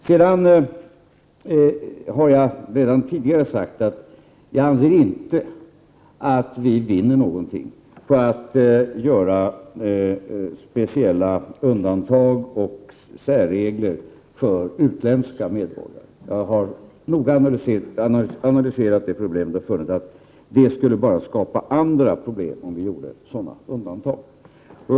Vidare har jag redan tidigare sagt att jag inte anser att vi vinner någonting på att göra speciella undantag och särregler för utländska medborgare. Jag har noga analyserat det problemet och funnit att det bara skulle skapa andra problem, om vi gjorde sådana undantag.